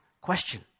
question